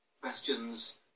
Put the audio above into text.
questions